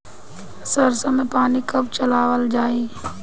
सरसो में पानी कब चलावल जाई?